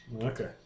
Okay